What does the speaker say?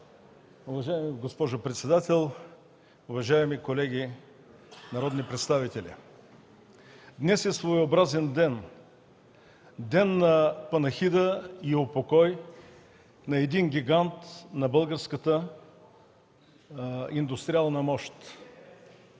Уважаема госпожо председател, уважаеми колеги народни представители! Днес е своеобразен ден на панихида и упокой на един гигант на българската индустриална мощ.